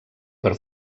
per